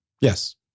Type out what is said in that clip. yes